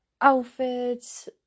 outfits